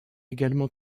également